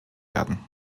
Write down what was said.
werden